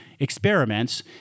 experiments